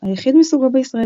היחיד מסוגו בישראל,